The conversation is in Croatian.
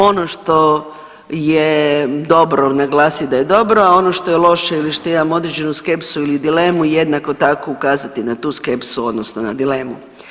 Ono što je dobro naglasit da je dobro, a ono što je loš ili što imam određenu skepsu ili dilemu jednako tako ukazati na tu skepsu odnosno na dilemu.